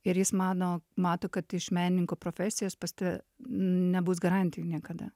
ir jis mano mato kad iš menininko profesijos pas tave nebus garantijų niekada